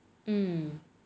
hmm